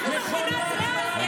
נשיא ארצות הברית, אנחנו מכונת הרעל?